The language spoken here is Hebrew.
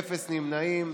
אין נמנעים.